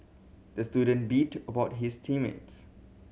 the student beefed about his team mates